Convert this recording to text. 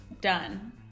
Done